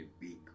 big